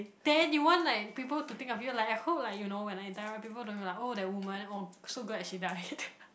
then you want like people to think of you like I hope like you know when I die right people don't be like oh that woman oh so glad she died